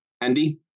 Andy